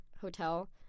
hotel